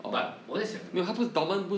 but 我在想